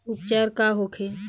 उपचार का होखे?